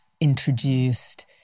introduced